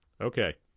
Okay